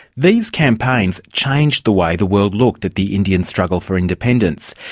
these campaigns changed the way the world looked at the indian struggle for independence.